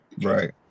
right